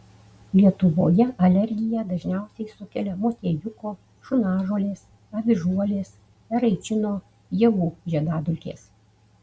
lietuvoje alergiją dažniausiai sukelia motiejuko šunažolės avižuolės eraičino javų žiedadulkės